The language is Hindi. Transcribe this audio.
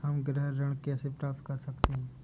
हम गृह ऋण कैसे प्राप्त कर सकते हैं?